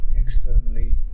externally